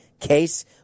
case